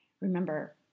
Remember